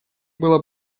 было